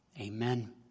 Amen